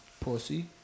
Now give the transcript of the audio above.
Pussy